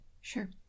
Sure